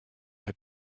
had